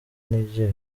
n’igihe